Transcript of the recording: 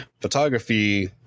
photography